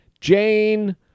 jane